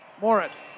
Morris